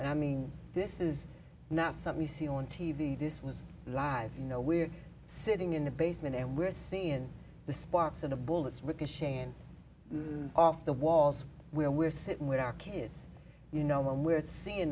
and i mean this is not something you see on t v this was live you know we're sitting in the basement and we're seeing the sparks of the bullets ricocheting off the walls where we're sitting with our kids you know when we're seeing